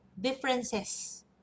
differences